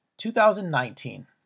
2019